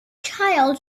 child